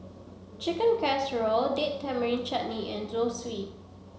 Chicken Casserole Date Tamarind Chutney and Zosui